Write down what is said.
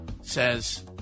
says